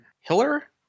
Hiller